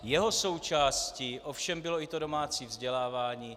Jeho součástí ovšem bylo i to domácí vzdělávání.